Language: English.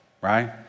right